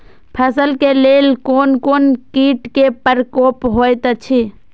फसल के लेल कोन कोन किट के प्रकोप होयत अछि?